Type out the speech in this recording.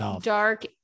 Dark